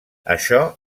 això